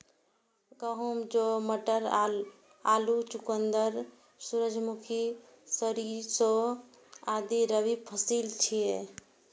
गहूम, जौ, मटर, आलू, चुकंदर, सूरजमुखी, सरिसों आदि रबी फसिल छियै